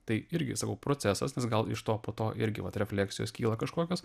tai irgi sakau procesas nes gal iš to po to irgi vat refleksijos kyla kažkokios